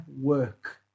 work